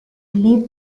live